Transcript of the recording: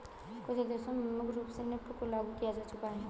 कुछ देशों में मुख्य रूप से नेफ्ट को लागू किया जा चुका है